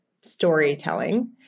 storytelling